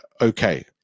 Okay